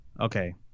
Okay